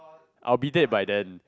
I will be dead by then